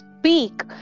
speak